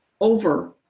over